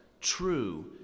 true